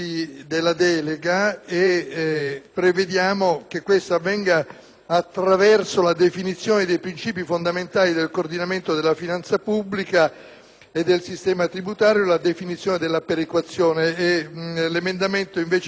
«attraverso la definizione dei principi fondamentali del coordinamento della finanza pubblica e del sistema tributario e la definizione della perequazione». L'emendamento 2.500 propone che tali parole siano sostituite